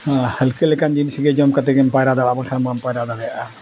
ᱚᱱᱟ ᱦᱟᱹᱞᱠᱟᱹ ᱞᱮᱠᱟᱱ ᱡᱤᱱᱤᱥ ᱜᱮ ᱡᱚᱢ ᱠᱟᱛᱮᱫ ᱜᱮᱢ ᱯᱟᱭᱨᱟ ᱫᱟᱲᱮᱭᱟᱜᱼᱟ ᱵᱟᱠᱷᱟᱱ ᱵᱟᱢ ᱯᱟᱭᱨᱟ ᱫᱟᱲᱮᱭᱟᱜᱼᱟ